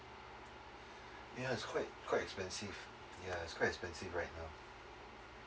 ya it's quite quite expensive ya it's quite expensive right now